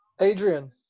Adrian